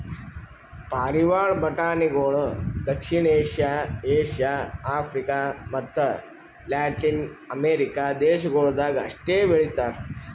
ಪಾರಿವಾಳ ಬಟಾಣಿಗೊಳ್ ದಕ್ಷಿಣ ಏಷ್ಯಾ, ಏಷ್ಯಾ, ಆಫ್ರಿಕ ಮತ್ತ ಲ್ಯಾಟಿನ್ ಅಮೆರಿಕ ದೇಶಗೊಳ್ದಾಗ್ ಅಷ್ಟೆ ಬೆಳಿತಾರ್